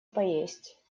поесть